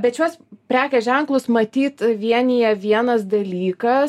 bet šiuos prekės ženklus matyt vienija vienas dalykas